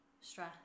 stress